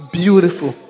beautiful